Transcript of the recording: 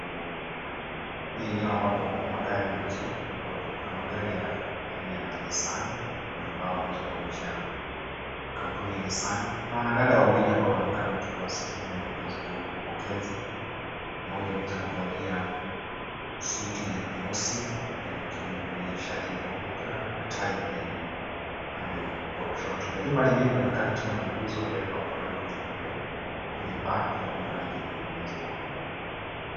Ni eneo ambapo magari huuzwa ambapo kuna magari ya aina ya Nisssan kwenye ubao ambao unaweza kuonyesha kampuni ya Nissan. Kuna wanadada wawili ambao wanaonekana wakiwa sehemu ya upokezi mmoja ameweza kuvalia suti nyeusi na akiwa amevalia shati nyeupe na tai pia upande wa kushoto na jumba lenyewe linaonekana likiwa na nguzo ambazo zimepakwa rangi nyeupe kwenye paa pia kuna rangi nyeupe ambayo imeweza kupakawa.